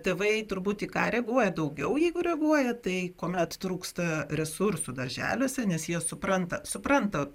tėvai turbūt į ką reaguoja daugiau jeigu reaguoja tai kuomet trūksta resursų darželiuose nes jie supranta supranta